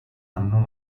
anno